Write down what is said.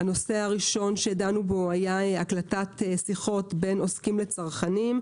הנושא הראשון שדנו בו היתה הקלטת שיחות בין עוסקים לצרכנים,